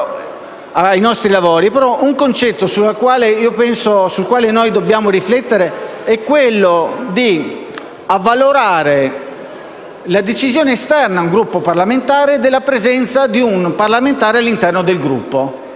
Un concetto sul quale dobbiamo riflettere riguarda invece il valore di una decisione esterna a un Gruppo parlamentare sulla presenza di un parlamentare all'interno di un Gruppo.